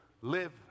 live